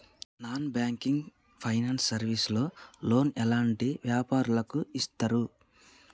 Non banking finance service లో loan ఎలాంటి వ్యాపారులకు ఇస్తరు?